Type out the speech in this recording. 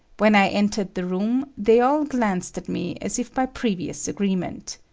when i entered the room, they all glanced at me as if by previous agreement.